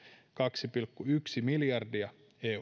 kaksi pilkku yksi miljardia euroa